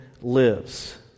lives